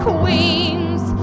Queens